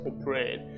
operate